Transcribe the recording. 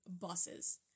buses